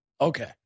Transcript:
Okay